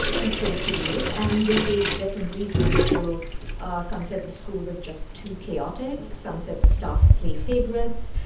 who chose to leave. and they gave different reasons. so ah some said the school was just too chaotic. some said the staff play favorites.